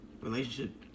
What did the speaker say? relationship